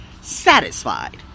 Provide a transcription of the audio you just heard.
satisfied